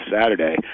Saturday